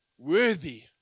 Worthy